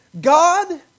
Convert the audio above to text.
God